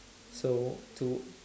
so to